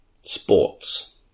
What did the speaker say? sports